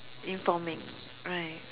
informing right